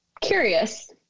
curious